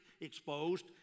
exposed